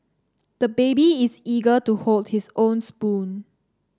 the baby is eager to hold his own spoon